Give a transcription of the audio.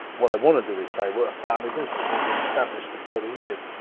what they wanna do is say we're a family business, we've been established for thirty years,